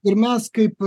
ir mes kaip